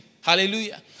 Hallelujah